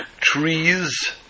trees